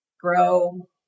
grow